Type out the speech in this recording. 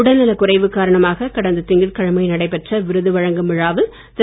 உடநலக் குறைவு காரணமாக கடந்த திங்கட்கிழமை நடைபெற்ற விருது வழங்கும் விழாவில் திரு